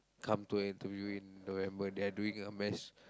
come to a interview in November they're doing a mass